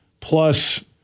plus